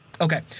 Okay